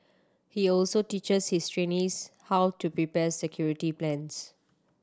he also teaches his trainees how to prepare security plans